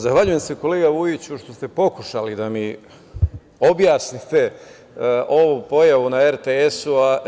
Zahvaljujem se, kolega Vujiću, što ste pokušali da mi objasnite ovu pojavu na RTS.